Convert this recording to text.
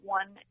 one